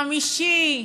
קמים, דיונים, חמישי,